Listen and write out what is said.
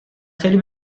خیلی